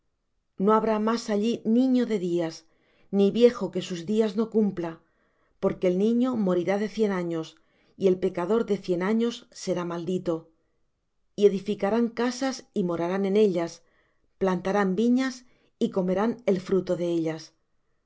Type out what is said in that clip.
no habrá más allí niño de días ni viejo que sus días no cumpla porque el niño morirá de cien años y el pecador de cien años será maldito y edificarán casas y morarán en ellas plantarán viñas y comerán el fruto de ellas